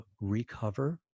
recover